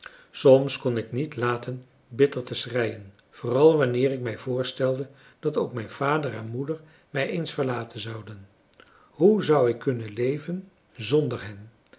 soms kon ik niet laten bitter te schreien vooral wanneer ik mij voorstelde dat ook mijn vader en moeder mij eens verlaten zouden hoe zou ik kunnen leven zonder hen